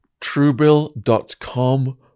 truebill.com